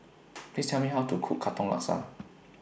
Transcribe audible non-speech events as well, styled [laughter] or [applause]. [noise] Please Tell Me How to Cook Katong Laksa